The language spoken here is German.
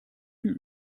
viel